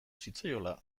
zitzaiola